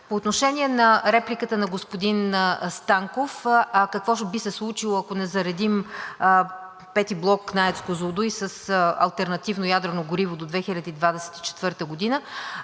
По отношение на репликата на господин Станков: какво би се случило, ако не заредим пети блок на АЕЦ „Козлодуй“ с алтернативно ядрено гориво до 2024 г.?